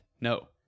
no